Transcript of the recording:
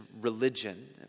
religion